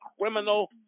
criminal